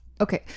Okay